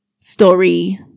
story